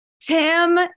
Tim